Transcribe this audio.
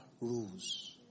rules